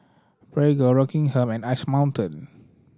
Prego Rockingham and Ice Mountain